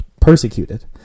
persecuted